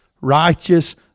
righteous